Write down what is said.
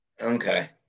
Okay